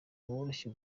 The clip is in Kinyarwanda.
woroshya